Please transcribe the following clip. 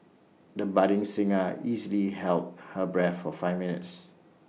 the budding singer easily held her breath for five minutes